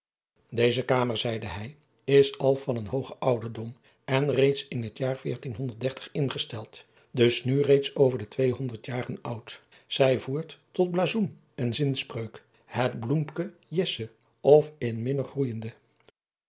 eze kamer zeide hij is al van een hoogen ouderdom en reeds in het jaar ingesteld dus nu reeds over de tweehonderd jaren oud ij voert tot blazoen en zinspreuk et bloemke esse of n minnen groeijende